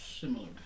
similar